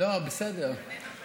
לא, בסדר.